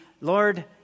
Lord